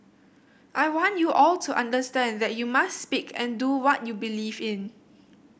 I want you all to understand that you must speak and do what you believe in